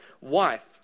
wife